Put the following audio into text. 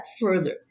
further